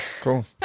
Cool